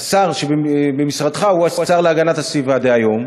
השר שבמשרדך הוא השר להגנת הסביבה דהיום,